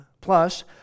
Plus